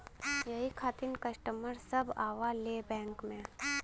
यही खातिन कस्टमर सब आवा ले बैंक मे?